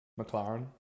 McLaren